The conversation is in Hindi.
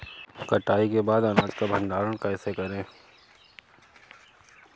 कटाई के बाद अनाज का भंडारण कैसे करें?